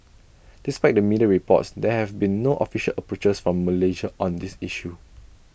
despite the media reports there have been no official approaches from Malaysia on this issue